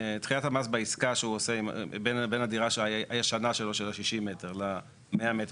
דחיית המס בעסקה שהוא עושה בין הדירה הישנה שלו של ה-60 מ"ר ל-100 מ"ר,